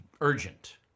Urgent